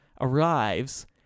arrives